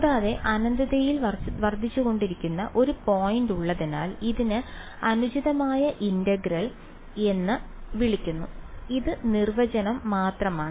കൂടാതെ അനന്തതയിൽ വർദ്ധിച്ചുകൊണ്ടിരിക്കുന്ന ഒരു പോയിന്റ് ഉള്ളതിനാൽ ഇതിനെ അനുചിതമായ ഇന്റഗ്രൽ എന്ന് വിളിക്കുന്നു ഇത് നിർവചനം മാത്രമാണ്